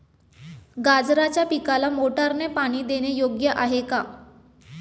गाजराच्या पिकाला मोटारने पाणी देणे योग्य आहे का?